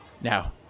Now